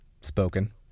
spoken